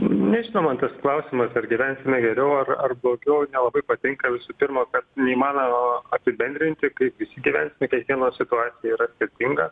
nežinau man tas klausimas ar gyvensime geriau ar ar blogiau nelabai patinka visų pirma kad neįmanoma apibendrinti kaip visi gyvensime kiekvieno situacija yra skirtinga